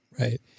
Right